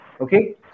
Okay